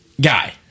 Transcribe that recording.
guy